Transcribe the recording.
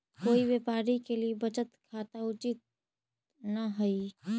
कोई व्यापारी के लिए बचत खाता उचित न हइ